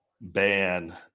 ban